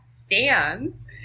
stands